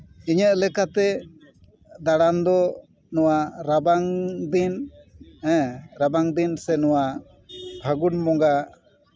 ᱤᱧᱟᱹᱜ ᱞᱮᱠᱟᱛᱮ ᱫᱟᱬᱟᱱ ᱫᱚ ᱱᱚᱣᱟ ᱨᱟᱵᱟᱝ ᱫᱤᱱ ᱦᱮᱸ ᱨᱟᱵᱟᱝ ᱫᱤᱱ ᱥᱮ ᱱᱚᱣᱟ ᱯᱷᱟᱹᱜᱩᱱ ᱵᱚᱸᱜᱟ